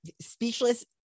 speechless